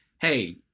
hey